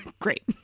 Great